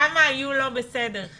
כמה היו לא בסדר?